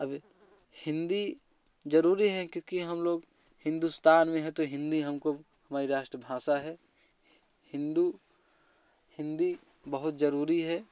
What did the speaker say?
अभी हिंदी जरूरी है क्योंकि हम लोग हिंदुस्तान में है तो हिंदी हमको हमारी राष्ट्रभाषा है हिंदू हिंदी बहुत जरूरी है